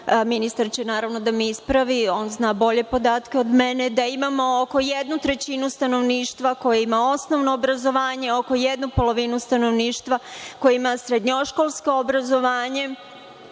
ministar će naravno da me ispravi, on zna bolje podatke od mene, da imamo oko jednu trećinu stanovništva koje ima osnovno obrazovanje, oko jednu polovinu stanovništva koje ima srednjoškolsko obrazovanje.